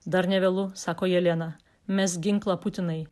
dar nevėlu sako jelena mesk ginklą putinai